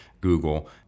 Google